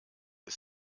ist